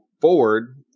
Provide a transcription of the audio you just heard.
forward